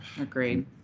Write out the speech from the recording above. Agreed